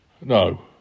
No